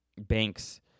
banks